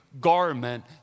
garment